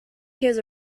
hears